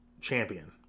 champion